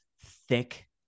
thick